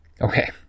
Okay